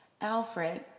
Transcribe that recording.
Alfred